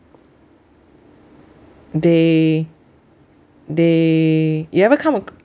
they they you ever come across